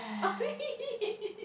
!ee!